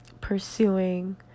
pursuing